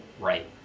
right